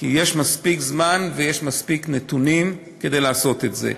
כי יש מספיק זמן ויש מספיק נתונים לעשות את זה.